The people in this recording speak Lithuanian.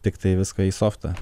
tiktai viską į softą